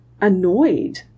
annoyed